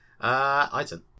Item